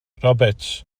roberts